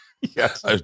Yes